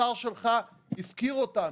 השר שלך הפקיר אותנו.